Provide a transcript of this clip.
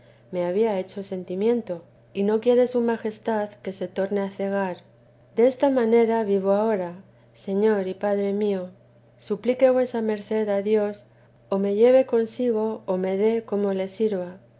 me había hecho sentimiento y no quiere su majestad que se torne a cegar desta manera vivo ahora señor y padre mío suplique vuesa merced a dios o me lleve consigo o me dé cómo le sirva